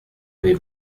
avez